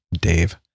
Dave